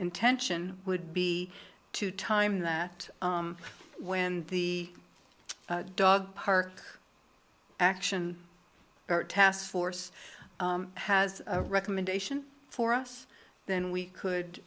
intention would be to time that when the dog park action task force has a recommendation for us then we could